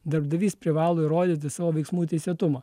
darbdavys privalo įrodyti savo veiksmų teisėtumą